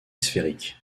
sphérique